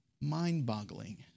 mind-boggling